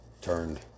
turned